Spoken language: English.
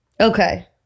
Okay